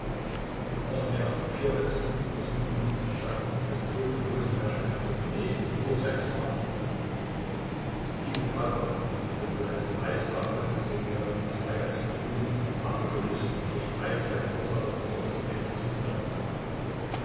noch mehr frappierte es die untersuchenden daß sich in des toten hosentasche ein portemonnaie mit über sechs mark vorfand diese tatsache konnte wohl als beweis dafür angesehen werden daß weigands vermutung rachegelüst oder streit sei die ursache des mordes gewesen zutreffend war